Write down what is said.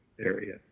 area